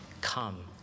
come